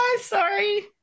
sorry